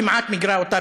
כמעט מיגרה אותה,